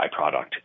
byproduct